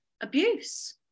Abuse